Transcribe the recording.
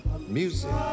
music